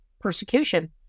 persecution